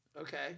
Okay